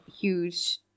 huge